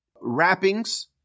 wrappings